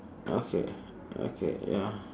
okay okay ya